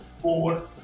four